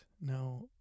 now